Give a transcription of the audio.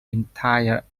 entire